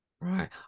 Right